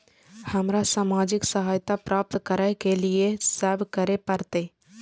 हमरा सामाजिक सहायता प्राप्त करय के लिए की सब करे परतै?